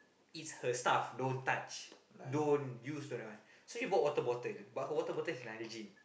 it's her stuff don't touch don't use don't that one so she bought water bottle but her water bottle is Nalgene